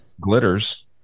glitters